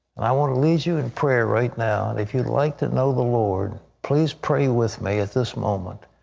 and i want to lead you in prayer right now. and if you'd like to know the lord, please pray with me at this moment.